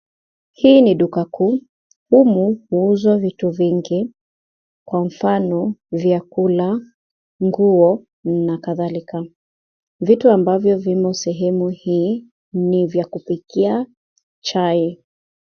Hii ni duka kuu. Humu huuzwa vitu vingi, kwa mfano vyakula, nguo, na kadhalika. Vitu ambavyo vimo sehemu hii ni vya kupikia chai.